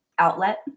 outlet